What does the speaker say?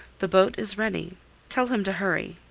the boat is ready tell him to hurry.